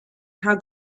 how